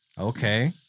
Okay